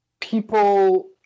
people